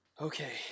Okay